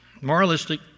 moralistic